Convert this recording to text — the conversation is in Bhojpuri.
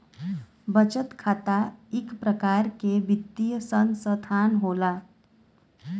बचत खाता इक परकार के वित्तीय सनसथान होला